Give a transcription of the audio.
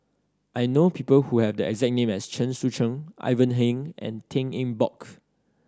I know people who have the exact name as Chen Sucheng Ivan Heng and Tan Eng Bock